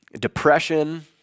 depression